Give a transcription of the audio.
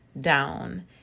down